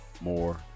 more